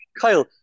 Kyle